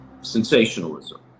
sensationalism